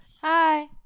hi